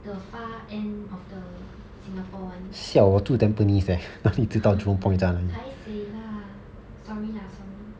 the far end of the singapore [one] paiseh lah sorry lah sorry